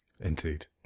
Indeed